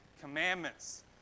commandments